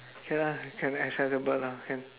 K lah can acceptable lah can